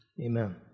Amen